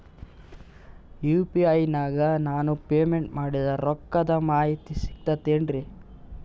UPI ನಾಗ ನಾನು payment ಮಾಡಿದ ರೊಕ್ಕದ ಮಾಹಿತಿ ಸಿಕ್ತಾತೇನ್ರೀ?